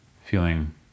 feeling